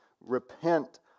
Repent